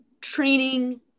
training